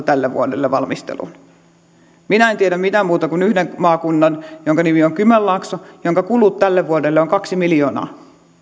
tälle vuodelle minä en tiedä mitään muuta kuin yhden maakunnan jonka nimi on kymenlaakso jonka kulut tälle vuodelle ovat kaksi miljoonaa